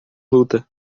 luta